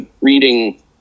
Reading